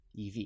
EV